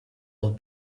would